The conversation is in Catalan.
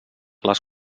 les